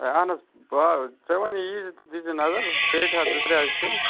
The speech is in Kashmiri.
ہے اَہَن حظ بہٕ حظ ژےٚ وَنے یی زِ ژٕ دِیی زِ نظر پیٚٹہِ ہَتھ زٕ ترٛےٚ حظ چھےٚ